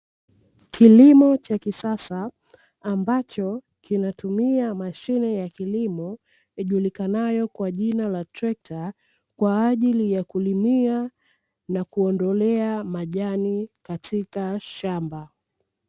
Kilimo cha kisasa ambacho kinatumika mashine ya kilimo ijulikanayo kwa jina la trekta, kwa ajili ya kulimia na kuondolea majani katika shamba.